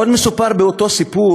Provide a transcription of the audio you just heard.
עוד מסופר באותו סיפור,